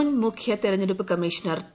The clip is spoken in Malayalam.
മുൻ മുഖ്യ തിരഞ്ഞെടുപ്പ് കമ്മീഷണർ ടി